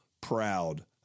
proud